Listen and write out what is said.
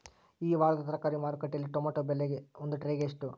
ಈ ವಾರದ ತರಕಾರಿ ಮಾರುಕಟ್ಟೆಯಲ್ಲಿ ಟೊಮೆಟೊ ಬೆಲೆ ಒಂದು ಟ್ರೈ ಗೆ ಎಷ್ಟು?